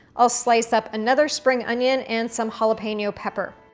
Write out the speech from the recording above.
i'll slice up another spring onion and some jalapeno pepper.